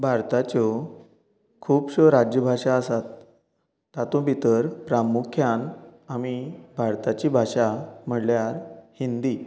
भारताच्यो खुबश्यो राज्यभाशा आसात तातूंत भितर प्रामुख्यान आमी भारताची भाशा म्हळ्यार हिंदी